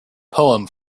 poem